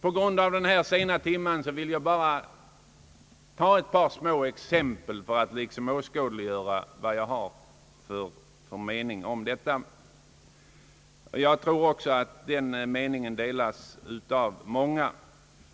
På grund av den sena timmen skall jag bara ta ett par exempel för att åskådliggöra min mening, som jag tror delas av många.